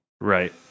Right